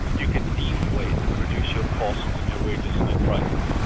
you can deflate, reduce your costs and your wages and your prices.